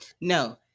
No